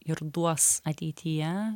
ir duos ateityje